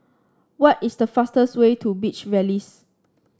what is the fastest way to Beach Villas